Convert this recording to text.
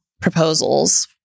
proposals